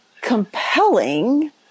compelling